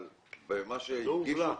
אבל מה שהגישו --- הוא לא הובלע,